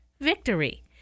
Victory